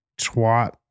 twat